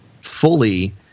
fully